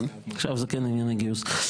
אני לא מבין, מה קורה עם הקפה אצלכם?